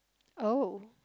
oh